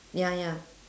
ya ya